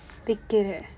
விற்கிற:virkira